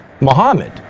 Muhammad